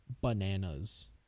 bananas